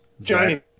Johnny